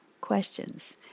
questions